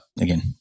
again